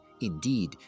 indeed